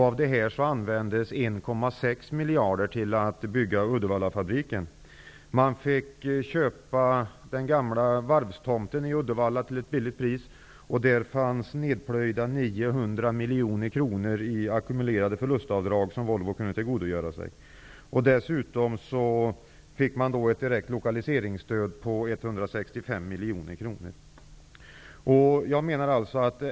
Av detta användes 1,6 miljarder till att bygga Uddevallafabriken. De fick köpa den gamla varvstomten i Uddevalla till ett billigt pris. Där fanns 900 miljoner kronor nerplöjda i ackumulerade förlustavdrag som Volvo kunde tillgodogöra sig. Dessutom fick de ett direkt lokaliseringsstöd på 165 miljoner kronor.